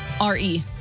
R-E